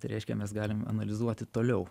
tai reiškia mes galim analizuoti toliau